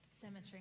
Symmetry